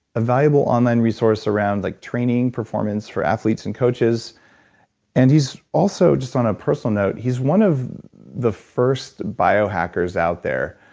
a valuable online resource around like training performance for athletes and coaches and he's also, just on a personal note, he's one of the first biohackers out there.